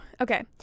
Okay